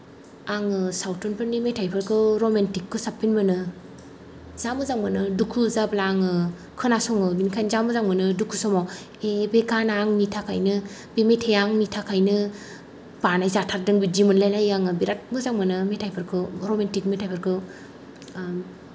आङो सावथुनफोरनि मेथाइफोरखौ रमान्टिकखौ साबसिन मोनो जा मोजां मोनो दुखु जाब्ला आङो खोनासङो बेनिखायनो जा मोजां मोनो दुखु समाव ए बे गानआ आंनि थाखायनो बे मेथाइआ आंनि थाखायनो बानाय जाथारदों बिदि मोनलाय लायो आङो बिरात मोजां मोनो मेथाइफोरखौ रमान्टिक मेथाइफोरखौ आं